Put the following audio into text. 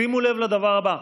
שימו לב לדבר הבא,